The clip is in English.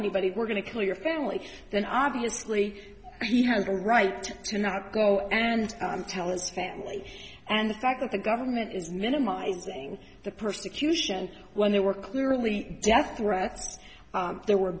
anybody we're going to kill your family then obviously he has a right to not go and tell his family and the fact that the government is minimizing the persecution when there were clearly death threats there were